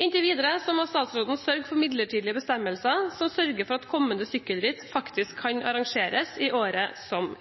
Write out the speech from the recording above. Inntil videre må statsråden sørge for midlertidige bestemmelser som sørger for at kommende sykkelritt faktisk kan arrangeres i året som